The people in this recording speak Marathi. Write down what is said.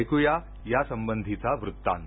ऐकू या यासंबंधीचा वृत्तांत